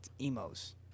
Emo's